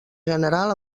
general